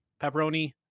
Pepperoni